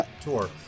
tour